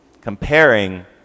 Comparing